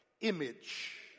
image